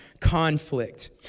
conflict